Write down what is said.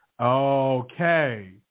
Okay